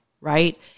Right